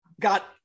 got